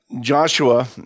Joshua